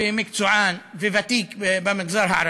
ומקצוען וותיק במגזר הערבי,